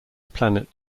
planet